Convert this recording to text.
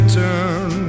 turn